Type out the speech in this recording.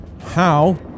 How